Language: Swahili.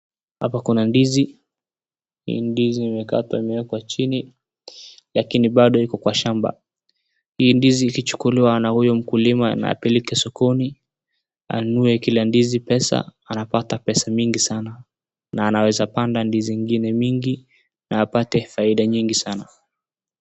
Hapo kuna ndizi, hii ndizi imekatwa imekwa chini lakini bado iko kwa shamba. Hii ndizi ikichukuliwa na huyu mkulima na apeleke sokoni anunue kila ndizi pesa anapata pesa mingi sana .Na anaweza panda ndizi ingine mingi na apate faida mingi sana.